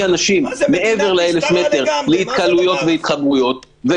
אנשים להתקהלויות והתחברויות מעבר ל-1,000 מטר.